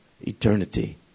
eternity